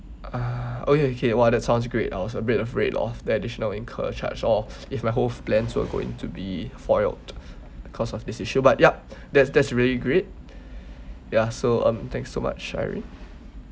ah okay okay !wah! that sounds great I was a bit afraid of that additional incurs charge all if my whole plans will go into be foiled because of this issue but yup that's that's really great ya so um thank so much irene